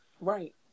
Right